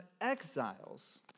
exiles